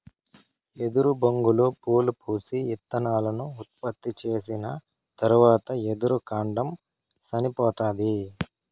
ఎదురు బొంగులు పూలు పూసి, ఇత్తనాలను ఉత్పత్తి చేసిన తరవాత ఎదురు కాండం సనిపోతాది